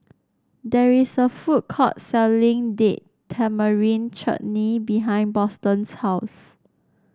there is a food court selling Date Tamarind Chutney behind Boston's house